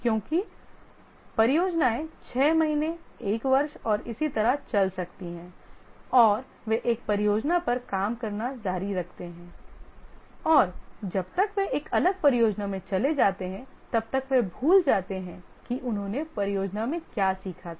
क्योंकि परियोजनाएं 6 महीने एक वर्ष और इसी तरह चल सकती हैं और वे एक परियोजना पर काम करना जारी रखते हैं और जब तक वे एक अलग परियोजना में चले जाते हैं तब तक वे भूल जाते हैं कि उन्होंने परियोजना में क्या सीखा था